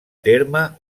terme